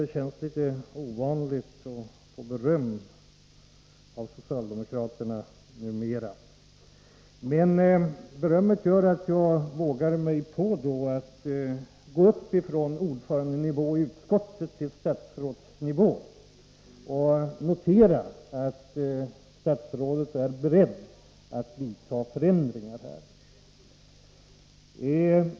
Det känns litet ovanligt numera att få beröm av socialdemokraterna. Berömmet gör att jag vågar mig på att gå upp från ordförandenivå i utskottet till statsrådsnivå och notera att statsrådet är beredd att vidta förändringar.